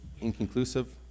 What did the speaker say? inconclusive